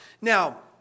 Now